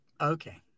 Okay